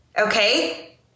okay